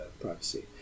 privacy